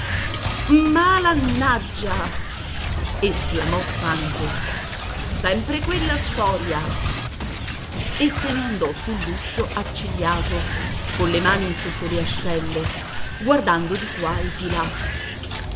delle occhiatacce malannaggia esclamò santo sempre quella storia e se ne andò sull'uscio accigliato colle mani sotto le ascelle guardando di qua e di là